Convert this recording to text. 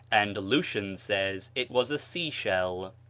and lucian says it was a sea-shell.